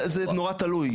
זה נורא תלוי,